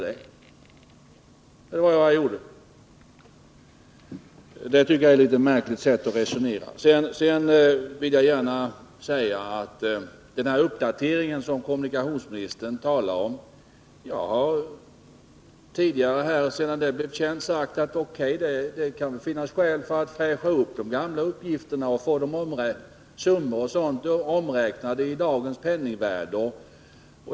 Det tycker jag är ett litet märkligt sätt att resonera. När det gäller den uppdatering som kommunikationsministern talar om vill jag gärna säga att jag tidigare, sedan detta blivit känt, har sagt: O.K., det kan väl finnas skäl att fräscha upp de gamla uppgifterna och få summorna omräknade i dagens penningvärde.